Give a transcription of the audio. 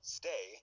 stay